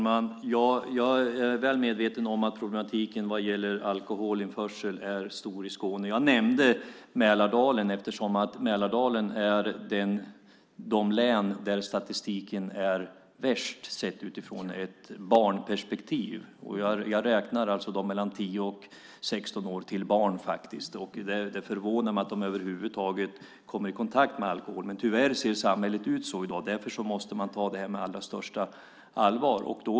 Fru talman! Jag är väl medveten om att problemet med alkoholinförsel är stort i Skåne. Jag nämnde Mälardalen, eftersom länen i Mälardalen har den värsta statistiken sett från ett barnperspektiv. Jag räknar faktiskt dem mellan 10 och 16 år till barn, och det förvånar mig att de över huvud taget kommer i kontakt med alkohol. Men tyvärr ser samhället ut så i dag, och därför måste man ta detta på allra största allvar.